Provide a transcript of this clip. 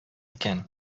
икән